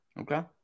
Okay